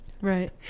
right